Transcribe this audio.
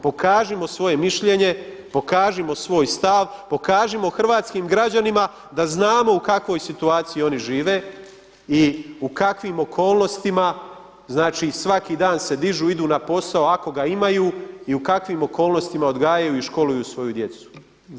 Pokažimo svoje mišljenje, pokažimo svoj stav, pokažimo hrvatskim građanima da znamo u kakvoj situaciji oni žive i u kakvim okolnostima znači svaki dan se dižu, idu na posao ako ga imaju i u kakvim okolnostima odgajaju i školu svoju djecu.